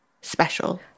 special